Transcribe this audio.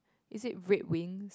is it red wings